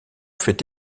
fait